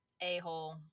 a-hole